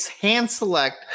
hand-select